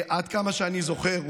עד כמה שאני זוכר,